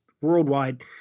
worldwide